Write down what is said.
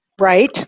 Right